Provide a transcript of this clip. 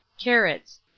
Carrots